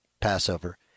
Passover